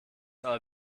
aber